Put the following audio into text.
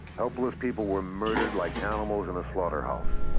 helpless people were murdered like animals in a slaughterhouse.